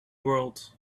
world